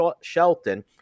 Shelton